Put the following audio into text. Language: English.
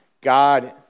God